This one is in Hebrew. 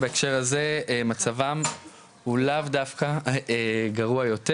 בהקשר הזה מצבם הוא לאו דווקא גרוע יותר.